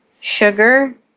sugar